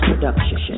production